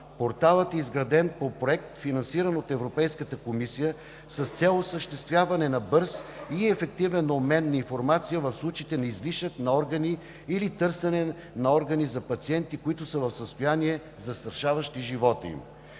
Порталът е изграден по проект, финансиран от Европейската комисия, с цел осъществяване на бърз и ефективен обмен на информация в случаите на излишък на органи или търсене на органи за пациенти, които са в състояние, застрашаващо живота им.